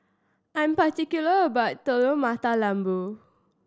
I'm particular about Telur Mata Lembu